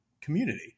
community